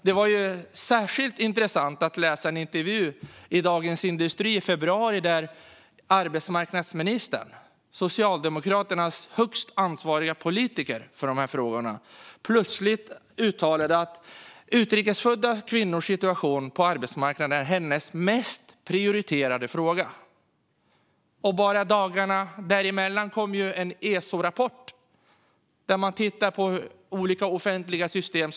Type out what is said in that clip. Det var särskilt intressant att läsa en intervju i Dagens industri i februari där arbetsmarknadsministern, Socialdemokraternas högst ansvariga politiker i de här frågorna, plötsligt uttalade att utrikesfödda kvinnors situation på arbetsmarknaden är hennes mest prioriterade fråga. Däremellan kom en ESO-rapport där man har tittat på olika offentliga system.